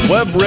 Web